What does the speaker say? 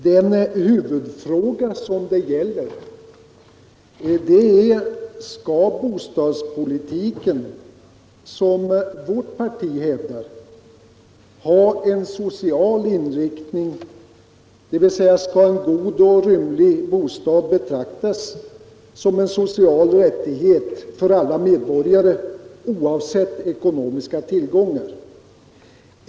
Och huvudfrågan är denna: Skall bostadspolitiken, som vårt parti hävdar, ha en social inriktning, dvs. skall en god och rymlig bostad betraktas som en social rättighet för alla medborgare, oavsett ekonomiska tillgångar?